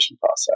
process